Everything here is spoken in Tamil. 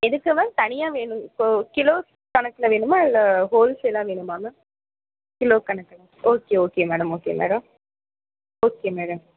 எதுக்கு மேம் தனியாக வேணும் கொ கிலோ கணக்கில் வேணுமா இல்லை ஹோல் சேலாக வேணுமா மேம் கிலோ கணக்கா okay okay madam okay madam okay madam